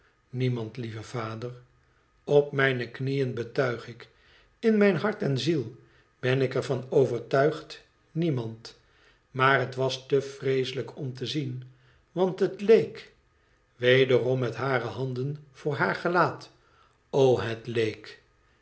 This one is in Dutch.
niemand lieve vader op mijne knieën betuig ik in mijn hart en ziel ben ik er van overtuigd niemand maar het was te vreeselijk om te zien want het leek wederom met hare handen voor haar gelaat o het leek